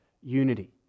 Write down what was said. unity